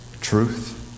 Truth